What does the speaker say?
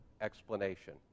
explanation